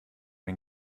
den